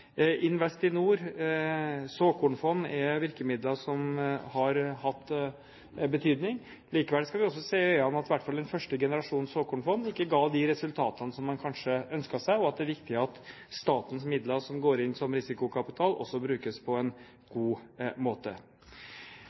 Investinor, såkornfond, er virkemidler som har hatt betydning. Likevel skal vi også se i øynene at i hvert fall den første generasjonen såkornfond ikke ga de resultatene som man kanskje ønsket seg, og at det er viktig at statens midler som går inn som risikokapital, også brukes på en god måte.